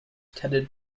tended